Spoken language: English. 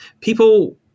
people